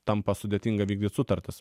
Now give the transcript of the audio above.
tampa sudėtinga vykdyt sutartis